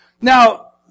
Now